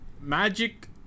Magic